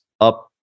up